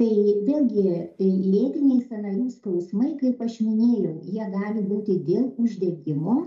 tai vėlgi lėtiniai sąnarių skausmai kaip aš minėjau jie gali būti dėl uždegimo